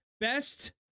Best